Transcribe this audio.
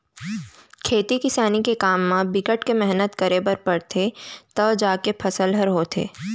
खेती किसानी के काम म बिकट के मेहनत करे बर परथे तव जाके फसल ह होथे